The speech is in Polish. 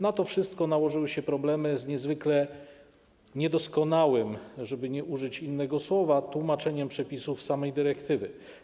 Na to wszystko nałożyły się problemy z niezwykle niedoskonałym, żeby nie użyć innego słowa, tłumaczeniem przepisów samej dyrektywy.